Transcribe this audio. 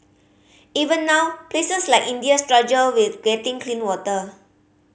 even now places like India struggle with getting clean water